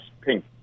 pink